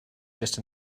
just